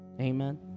Amen